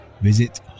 Visit